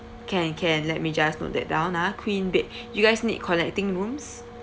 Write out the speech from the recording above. can can let me just note that down ah queen bed you guys need connecting rooms